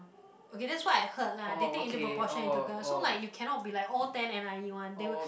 okay that's what I heard lah they take into proportion into account so you cannot be like all ten n_i_e one they will